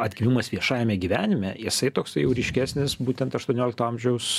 atgimimas viešajame gyvenime jisai toksai jau ryškesnis būtent aštuoniolikto amžiaus